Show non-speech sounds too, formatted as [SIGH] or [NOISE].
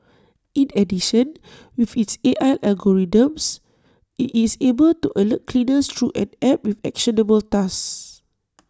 in addition with its A I algorithms IT is able to alert cleaners through an app with actionable tasks [NOISE]